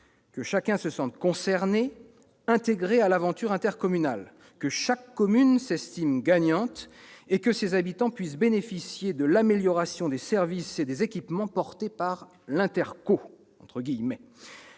que chacun se sente concerné, intégré à l'aventure intercommunale, que chaque commune s'estime gagnante et que ses habitants puissent bénéficier de l'amélioration des services et des équipements permise par l'« interco ». Initialement